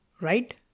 right